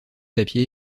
papier